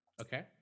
okay